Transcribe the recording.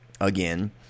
Again